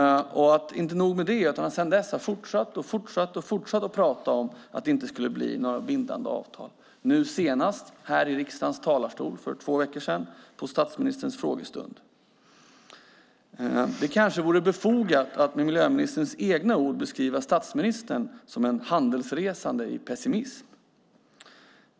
Inte nog med det. Han har sedan dess fortsatt att prata om att det inte skulle bli några bindande avtal - senast för två veckor sedan här i riksdagens talarstol på statsministern frågestund. Det kanske vore befogat att med miljöministerns egna ord beskriva statsministern som en handelsresande i pessimism.